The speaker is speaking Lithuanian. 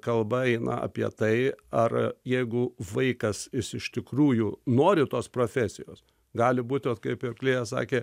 kalba eina apie tai ar jeigu vaikas is iš tikrųjų nori tos profesijos gali būt ot kaip ir klėja sakė